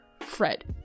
Fred